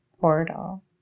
portal